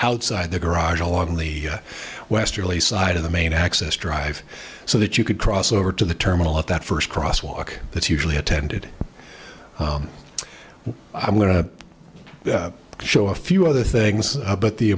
outside the garage along the westerly side of the main access drive so that you could cross over to the terminal at that first cross walk that's usually attended i'm going to show a few other things but the